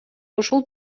ушул